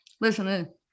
listen